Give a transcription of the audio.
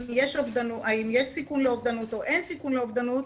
יש סיכון לאובדנות או אין סיכון לאובדנות,